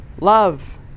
love